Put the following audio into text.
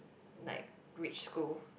like rich school